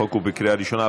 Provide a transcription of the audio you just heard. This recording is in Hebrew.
החוק הוא בקריאה ראשונה.